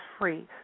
free